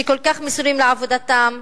שכל כך מסורים לעבודתם,